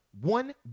one